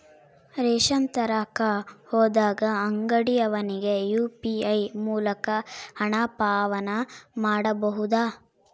Ration ತರಕ ಹೋದಾಗ ಅಂಗಡಿಯವನಿಗೆ ಯು.ಪಿ.ಐ ಮೂಲಕ ಹಣ ಪಾವತಿ ಮಾಡಬಹುದಾ?